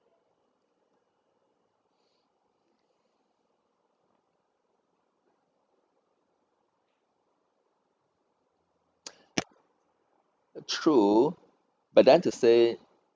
true but then to say